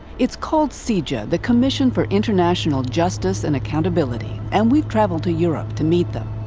it's called so cija, the commission for international justice and accountability, and we travelled to europe to meet them.